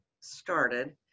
started